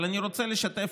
אבל אני רוצה לשתף,